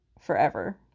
forever